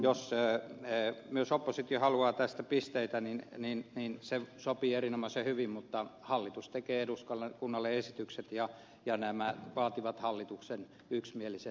jos myös oppositio haluaa tästä pisteitä niin se sopii erinomaisen hyvin mutta hallitus tekee eduskunnalle esitykset ja nämä vaativat hallituksen yksimielisen näkemyksen